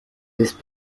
these